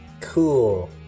Cool